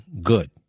good